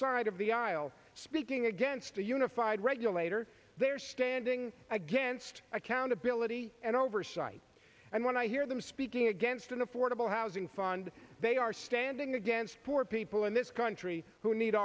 side of the aisle speaking against a unified regulator they're standing against accountability and oversight and when i hear them speaking against an affordable housing fund they are standing against poor people in this country who need